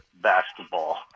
basketball